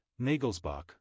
Nagelsbach